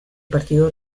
partido